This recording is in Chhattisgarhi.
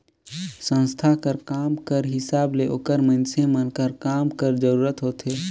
संस्था कर काम कर हिसाब ले ओकर मइनसे मन कर काम कर जरूरत होथे